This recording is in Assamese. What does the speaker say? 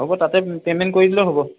হ'ব তাতে পে'মেণ্ট কৰি দিলেও হ'ব